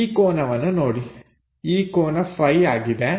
ಈ ಕೋನವನ್ನು ನೋಡಿ ಇದು ಕೋನ Φ ಆಗಿದೆ